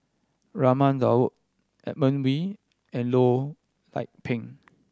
Raman Daud Edmund Wee and Loh Lik Peng